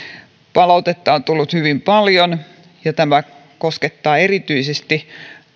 palautetta on tullut hyvin paljon ja tämä koskettaa erityisesti